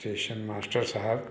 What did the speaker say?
station master Sahib